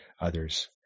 others